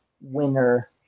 winner